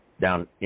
down